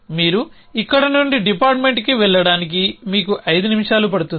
మీరు ఇక్కడి నుండి డిపార్ట్మెంట్కి వెళ్లడానికి మీకు ఐదు నిమిషాలు పడుతుంది